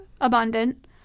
abundant